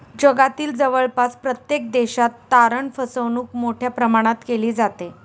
जगातील जवळपास प्रत्येक देशात तारण फसवणूक मोठ्या प्रमाणात केली जाते